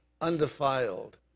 undefiled